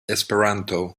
esperanto